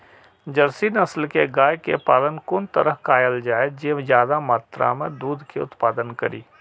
Jersey नस्ल के गाय के पालन कोन तरह कायल जाय जे ज्यादा मात्रा में दूध के उत्पादन करी?